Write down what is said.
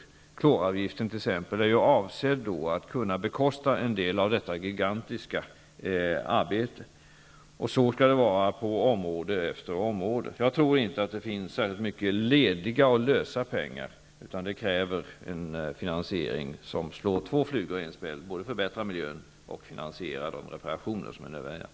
Exempelvis kloravgiften är ju avsedd att kunna bekosta en del av detta gigantiska arbete -- och så skall det vara på område efter område. Jag tror inte att det finns särskilt mycket lediga och lösa pengar, utan det krävs en finansiering som slår två flugor i en smäll -- både förbättrar miljön och finansierar de reparationer som är nödvändiga.